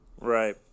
right